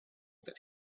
that